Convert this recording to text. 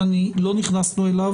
שלא נכנסנו אליו,